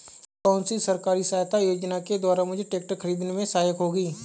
कौनसी सरकारी सहायता योजना के द्वारा मुझे ट्रैक्टर खरीदने में सहायक होगी?